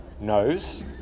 knows